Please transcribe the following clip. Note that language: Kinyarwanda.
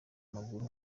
maguru